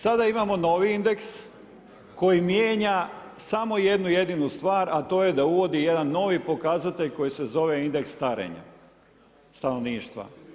Sada imamo novi indeks koji mijenja samo jednu jedinu stvar, a to je da uvodi jedan novi pokazatelj koji se zove indeks starenja stanovništva.